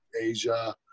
Asia